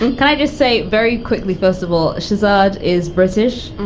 kind of just say very quickly percival shazad is british.